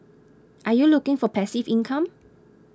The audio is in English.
are you looking for passive income